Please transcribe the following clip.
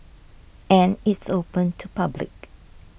and it's open to public